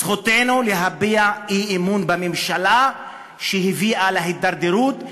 זכותנו להביע אי-אמון בממשלה שהביאה להידרדרות,